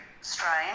strange